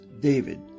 David